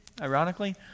ironically